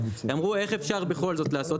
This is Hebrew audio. הם אמרו איך אפשר בכל זאת לעשות,